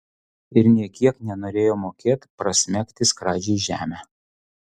ir nė kiek nenorėjo mokėt prasmegti skradžiai žemę